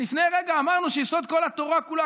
לפני רגע אמרנו שיסוד כל התורה כולה,